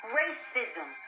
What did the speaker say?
racism